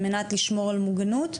על מנת לשמור על מוגנות?